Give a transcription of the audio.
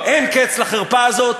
אין קץ לחרפה הזאת,